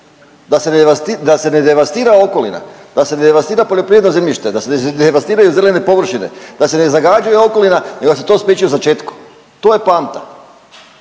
da se ne devastira okolina, da se ne devastira poljoprivredno zemljište, da se ne devastiraju zelene površine, da se ne zagađuje okolina, nego da se to spriječi u začetku. To je poanta.